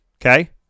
Okay